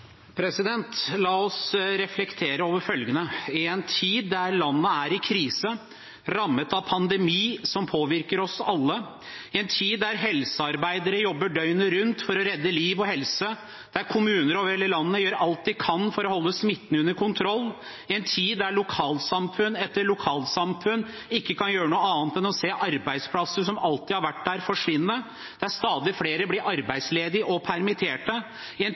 i krise, rammet av en pandemi som påvirker oss alle, i en tid der helsearbeidere jobber døgnet rundt for å redde liv og helse, der kommuner over hele landet gjør alt de kan for å holde smitten under kontroll, i en tid der lokalsamfunn etter lokalsamfunn ikke kan gjøre noe annet enn å se arbeidsplasser som alltid har vært der, forsvinne, der stadig flere blir arbeidsledige og permitterte, i en